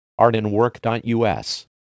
artandwork.us